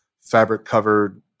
fabric-covered